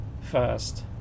first